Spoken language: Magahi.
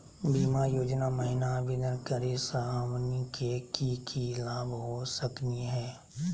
बीमा योजना महिना आवेदन करै स हमनी के की की लाभ हो सकनी हे?